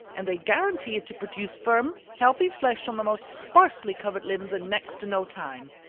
and they guarantee it to produce firm, healthy flesh on the most sparsely-covered limbs in next to no time.